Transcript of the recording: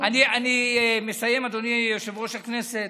אני מסיים, אדוני יושב-ראש הכנסת.